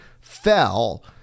fell